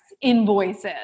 invoices